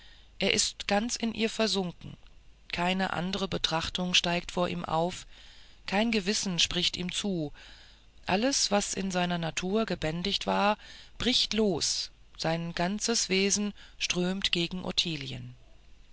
er ist ganz in ihr versunken keine andre betrachtung steigt vor ihm auf kein gewissen spricht ihm zu alles was in seiner natur gebändigt war bricht los sein ganzes wesen strömt gegen